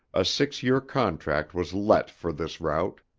a six year contract was let for this route.